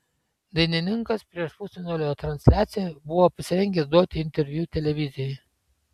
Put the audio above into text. dainininkas prieš pusfinalio transliaciją buvo pasirengęs duoti interviu televizijai